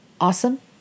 awesome